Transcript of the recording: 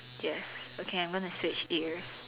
yes okay I'm gonna switch ears